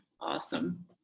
Awesome